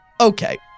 okay